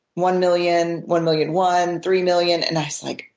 one million, one million one, three million. and i was like,